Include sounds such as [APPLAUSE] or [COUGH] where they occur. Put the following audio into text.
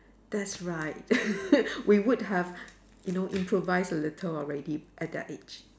that's right [LAUGHS] we would have you know improvise a little already at that age